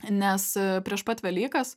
nes prieš pat velykas